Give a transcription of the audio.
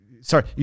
Sorry